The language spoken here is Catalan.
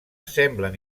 semblen